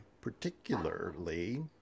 particularly